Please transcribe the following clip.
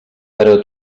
però